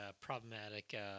problematic